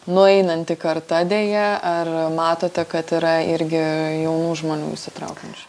nueinanti karta deja ar matote kad yra irgi jaunų žmonių įsitraukiančių